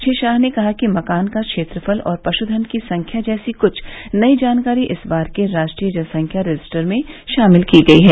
श्री शाह ने कहा कि मकान का क्षेत्रफल और पश्चन की संख्या जैसी कृष्ठ नयी जानकारी इस बार के राष्ट्रीय जनसंख्या रजिस्टर में शामिल की गई हैं